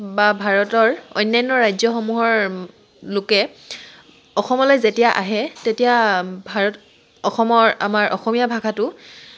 বা ভাৰতৰ অন্যান্য ৰাজ্যসমূহৰ লোকে অসমলৈ যেতিয়া আহে তেতিয়া ভাৰত অসমৰ আমাৰ অসমীয়া ভাষাটো